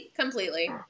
Completely